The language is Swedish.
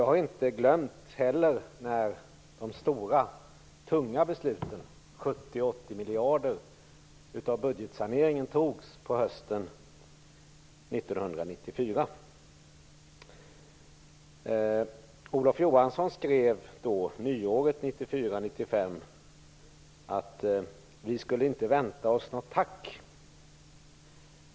Jag har inte heller glömt när de stora och tunga besluten om 70-80 miljarder i budgetsaneringen togs på hösten 1994. Olof Johansson skrev vid nyåret 1994/95 att vi inte skulle vänta oss något tack.